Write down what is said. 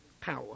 power